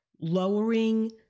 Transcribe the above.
lowering